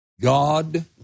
God